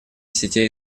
сетей